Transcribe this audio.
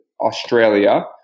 Australia